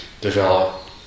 develop